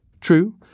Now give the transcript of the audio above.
True